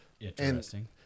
Interesting